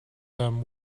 them